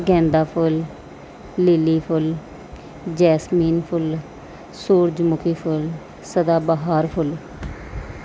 ਗੈਂਦਾ ਫੁੱਲ ਲਿਲੀ ਫੁੱਲ ਜੈਸਮੀਨ ਫੁੱਲ ਸੂਰਜਮੁਖੀ ਫੁੱਲ ਸਦਾਬਹਾਰ ਫੁੱਲ